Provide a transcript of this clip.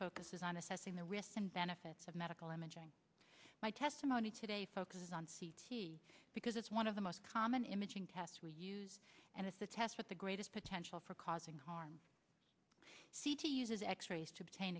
focuses on assessing the risks and benefits of medical imaging my testimony today focuses on c t because it's one of the most common imaging tests we use and it's a test with the greatest potential for causing harm c two uses x rays to obtain